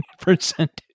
percentage